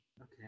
Okay